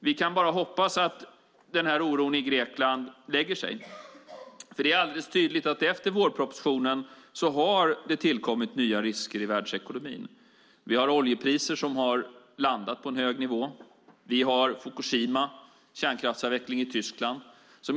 Vi kan bara hoppas att oron i Grekland lägger sig. Det är tydligt att efter vårpropositionen har det tillkommit nya risker i världsekonomin. Vi har oljepriser som har landat på en hög nivå. Vi har Fukushima och kärnkraftsavveckling i Tyskland.